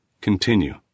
Continue